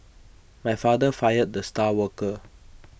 my father fired the star worker